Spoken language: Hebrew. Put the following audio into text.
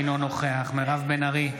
אינו נוכח מירב בן ארי,